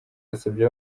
yasabye